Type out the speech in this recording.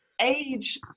age